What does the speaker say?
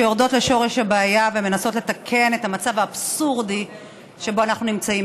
שיורדות לשורש הבעיה ומנסות לתקן את המצב האבסורדי שבו אנחנו נמצאים.